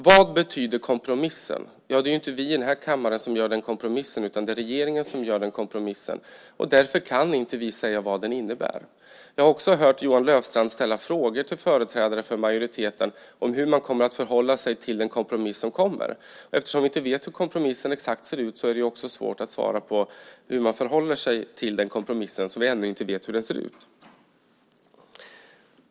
Vad betyder kompromissen? Ja, det är inte vi i den här kammaren som gör kompromissen, utan det är regeringen som gör den, och därför kan inte vi säga vad den innebär. Jag har också hört Johan Löfstrand ställa frågor till företrädare för majoriteten om hur man kommer att förhålla sig till den kompromiss som kommer. Eftersom vi ännu inte vet exakt hur kompromissen ser ut är det svårt att svara på hur man förhåller sig till den.